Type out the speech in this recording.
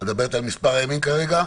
את מדברת על מספר הימים כרגע?